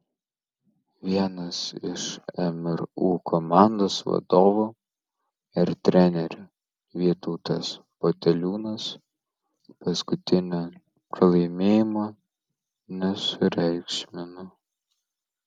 vienas iš mru komandos vadovų ir trenerių vytautas poteliūnas paskutinio pralaimėjimo nesureikšmino